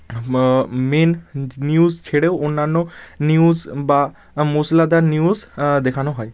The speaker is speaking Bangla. মেন যে নিউজ ছেড়েও অন্যান্য নিউজ বা মশলাদার নিউজ দেখানো হয়